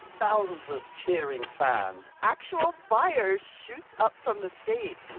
thousands of cheering fans actual fire shoots up from the stage.